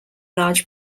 large